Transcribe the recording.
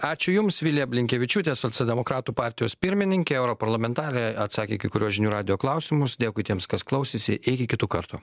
ačiū jums vilija blinkevičiūtė socialdemokratų partijos pirmininkė europarlamentarė atsakė į kai kuriuos žinių radijo klausimus dėkui tiems kas klausėsi iki kitų kartų